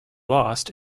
lost